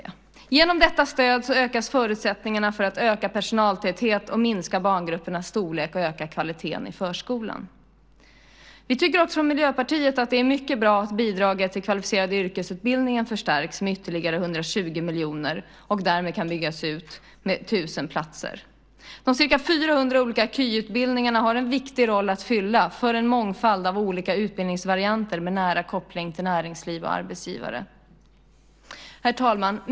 Genom detta stöd förbättras förutsättningarna att öka personaltätheten, minska barngruppernas storlek och öka kvaliteten i förskolan. Vi tycker också från Miljöpartiet att det är mycket bra att bidraget till den kvalificerade yrkesutbildningen förstärks med ytterligare 120 miljoner och därmed kan byggas ut med 1 000 platser. De ca 400 olika kvalificerade yrkesutbildningarna har en viktig roll att fylla för en mångfald av olika utbildningsvarianter med nära koppling till näringsliv och arbetsgivare. Herr talman!